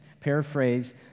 Paraphrase